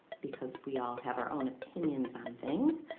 because we all have our own opinions on things.